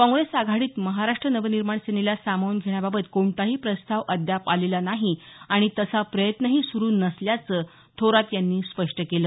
काँग्रेस आघाडीत महाराष्ट्र नवनिर्माण सेनेला सामावून घेण्याबाबत कोणताही प्रस्ताव अद्याप आलेला नाही आणि तसा प्रयत्नही सुरू नसल्याचं थोरात यांनी स्पष्ट केलं